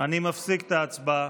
מפסיק את ההצבעה.